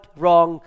wrong